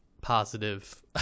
positive